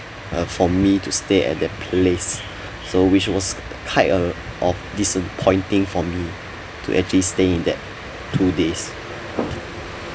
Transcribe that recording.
uh for me to stay at that place so which was kind a of disappointing for me to actually staying in that two days